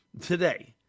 today